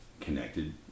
connected